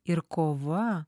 ir kova